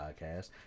Podcast